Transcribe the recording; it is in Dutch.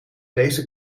deze